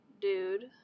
dude